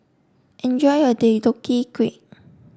enjoy your Deodeok Gui